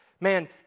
man